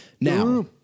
Now